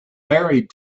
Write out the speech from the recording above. married